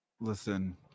Listen